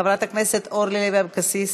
חברת הכנסת אורלי לוי אבקסיס,